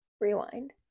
Rewind